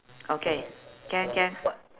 okay can can